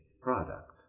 product